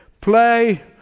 play